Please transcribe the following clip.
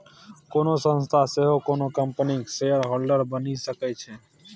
कोनो संस्था सेहो कोनो कंपनीक शेयरहोल्डर बनि सकै छै